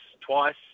twice